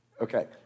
Okay